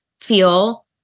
feel